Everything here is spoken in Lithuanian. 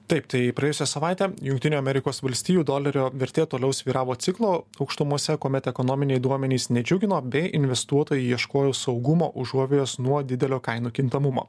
taip tai praėjusią savaitę jungtinių amerikos valstijų dolerio vertė toliau svyravo ciklo aukštumose kuomet ekonominiai duomenys nedžiugino bei investuotojai ieškojo saugumo užuovėjos nuo didelio kainų kintamumo